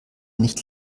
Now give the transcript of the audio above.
nicht